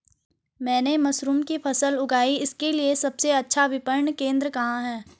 मैंने मशरूम की फसल उगाई इसके लिये सबसे अच्छा विपणन केंद्र कहाँ है?